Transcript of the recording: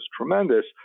tremendous